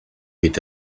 with